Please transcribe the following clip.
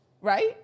Right